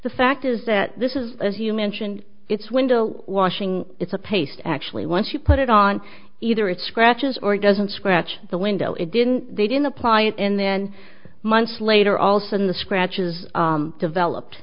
the fact is that this is as you mentioned it's window washing it's a paste actually once you put it on either it scratches or it doesn't scratch the window it didn't they didn't apply it and then months later also in the scratches developed